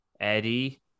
Eddie